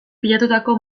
pilatutako